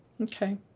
Okay